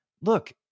Look